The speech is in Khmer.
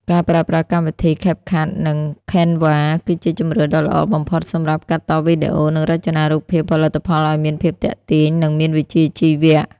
ការប្រើប្រាស់កម្មវិធី CapCut និង Canva គឺជាជម្រើសដ៏ល្អបំផុតសម្រាប់ កាត់តវីដេអូ និងរចនារូបភាពផលិតផលឱ្យមានភាពទាក់ទាញ និងមានវិជ្ជាជីវៈ។